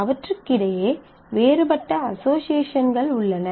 அவற்றுக்கிடையே வேறுபட்ட அஸோஸியேஷன்கள் உள்ளன